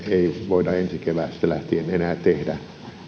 ei voida ensi keväästä lähtien enää tehdä